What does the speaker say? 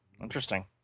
interesting